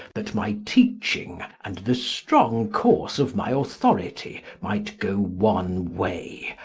that my teaching and the strong course of my authority, might goe one way,